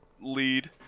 lead